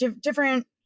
different